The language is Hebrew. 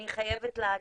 אני חייבת להגיד,